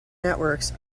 networks